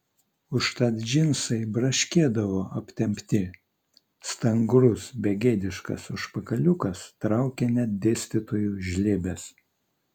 užtat džinsai braškėdavo aptempti stangrus begėdiškas užpakaliukas traukė net dėstytojų žlibes